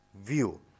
view